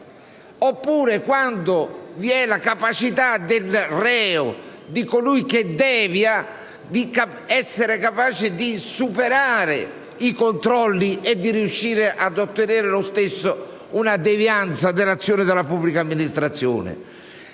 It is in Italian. oppure quando vi è la capacità del reo o di colui che devia di superare i controlli, riuscendo quindi ad ottenere lo stesso una devianza dell'azione della pubblica amministrazione.